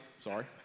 Sorry